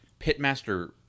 pitmaster